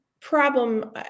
problem